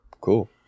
Cool